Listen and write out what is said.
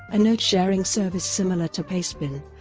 a note sharing service similar to pastebin,